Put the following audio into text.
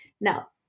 Now